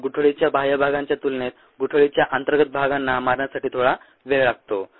मग गुठळीच्या बाह्य भागांच्या तुलनेत गुठळीच्या अंतर्गत भागांना मारण्यासाठी थोडा वेळ लागतो